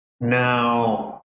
now